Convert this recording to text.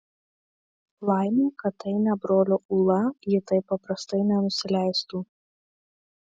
laimė kad tai ne brolio ūla ji taip paprastai nenusileistų